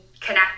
connect